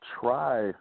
try